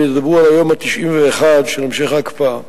הם ידברו על היום ה-91 של המשך ההקפאה.